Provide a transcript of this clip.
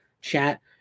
chat